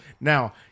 Now